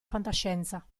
fantascienza